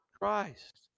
Christ